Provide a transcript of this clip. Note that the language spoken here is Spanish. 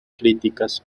críticas